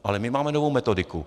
Ale my máme novou metodiku.